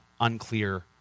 unclear